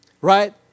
Right